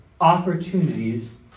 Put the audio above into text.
opportunities